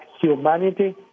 humanity